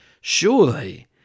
surely